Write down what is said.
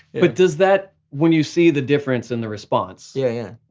but does that, when you see the difference in the response? yeah, yeah.